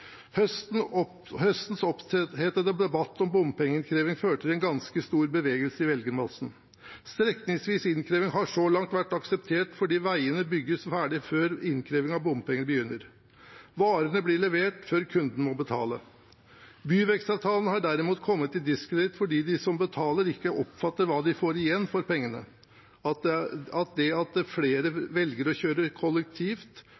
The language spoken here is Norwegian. Høstens opphetede debatt om bompengeinnkreving førte til en ganske stor bevegelse i velgermassen. Strekningsvis innkreving har så langt vært akseptert fordi veiene bygges ferdig før innkrevingen av bompenger begynner. Varene blir levert før kunden må betale. Byvekstavtalene har derimot kommet i diskreditt fordi de som betaler, ikke oppfatter hva de får igjen for pengene. At det at